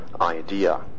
idea